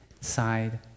side